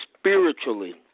spiritually